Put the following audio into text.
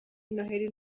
noheli